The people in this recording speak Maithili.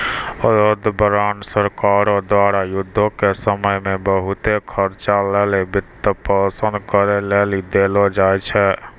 युद्ध बांड सरकारो द्वारा युद्धो के समय मे बहुते खर्चा लेली वित्तपोषन करै लेली देलो जाय छै